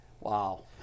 Wow